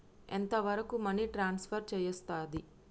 ఎంత వరకు money transfer చేయస్తది?